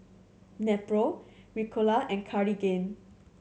Nepro Ricola and Cartigain